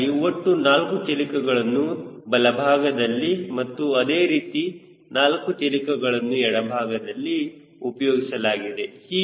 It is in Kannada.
ಹೀಗಾಗಿ ಒಟ್ಟು 4 ಚಿಲಿಕಗಳನ್ನು ಬಲಭಾಗದಲ್ಲಿ ಮತ್ತು ಅದೇ ರೀತಿ 4 ಚಿಲಿಕಗಳನ್ನು ಎಡಭಾಗದಲ್ಲಿ ಉಪಯೋಗಿಸಲಾಗಿದೆ